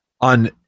on